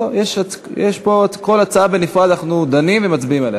לא, כל הצעה בנפרד, אנחנו דנים ומצביעים עליה.